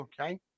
okay